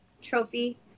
trophy